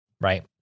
right